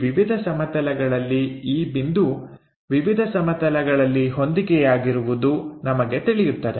ಈ ವಿವಿಧ ಸಮತಲಗಳಲ್ಲಿ ಈ ಬಿಂದು ವಿವಿಧ ಸಮತಲಗಳಲ್ಲಿ ಹೊಂದಿಕೆಯಾಗಿರುವುದು ನಮಗೆ ತಿಳಿಯುತ್ತದೆ